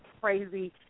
crazy